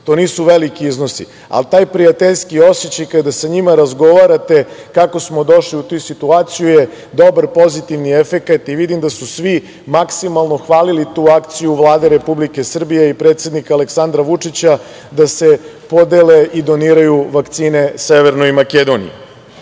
to nisu veliki iznosi, ali taj prijateljski osećaj kada sa njima razgovarate kako smo došli u tu situaciju je dobar pozitivni efekat i vidim da su svi maksimalno hvalili tu akciju Vlade Republike Srbije i predsednika Aleksandra Vučića da se podele i doniraju vakcine Severnoj Makedoniji. Isto